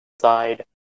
side